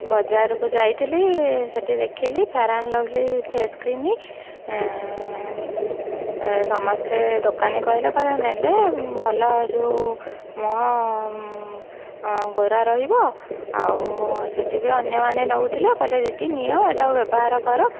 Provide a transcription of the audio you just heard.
ବଜାରକୁ ଯାଇଥିଲି ସେଇଠି ଦେଖିଲି fair and lovely face cream ସମସ୍ତେ ଦୋକାନୀ କହିଲା କହିଲା ନେଲେ ଭଲ ଯେଉଁ ମୁହଁ ଗୋରା ରହିବ ଆଉ ସେଇଠିବି ଅନ୍ୟମାନେ ନେଉଥିଲେ କହିଲେ ଦିଦି ନିଅ ଏଇଟା ବ୍ୟବହାର କର